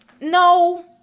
no